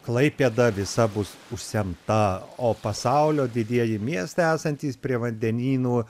klaipėda visa bus užsemta o pasaulio didieji miestai esantys prie vandenynų